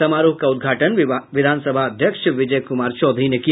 समारोह का उद्घाटन विधानसभा अध्यक्ष विजय कूमार चौधरी ने किया